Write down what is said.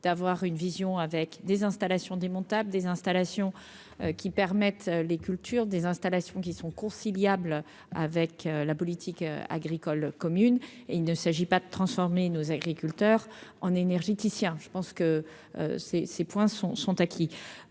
d'avoir une vision avec des installations démontables, des installations qui permettent les cultures des installations qui sont conciliables avec la politique agricole commune et il ne s'agit pas de transformer nos agriculteurs en énergéticien je pense que ces ces points sont sont acquis